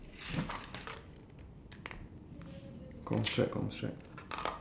I mean like the same colours together then we go in that order